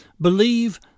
believe